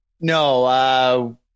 No